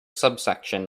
subsection